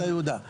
מטה יהודה.